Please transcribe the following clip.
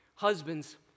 Husbands